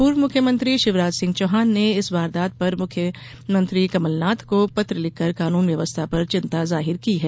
पूर्व मुख्यमंत्री शिवराज सिंह चौहान ने इस वारदात पर मुख्यमंत्री कमलनाथ को पत्र लिखकर कानून व्यवस्था पर चिंता जाहिर की है